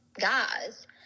guys